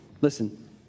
listen